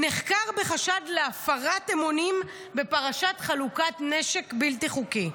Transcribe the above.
נחקר בחשד להפרת אמונים בפרשת חלוקת נשק בלתי חוקי,